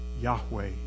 Yahweh